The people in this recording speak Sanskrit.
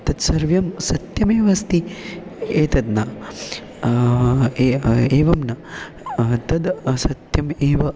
तत् सर्वं सत्यमेव अस्ति एतद् न एवं न तद् सत्यम् एव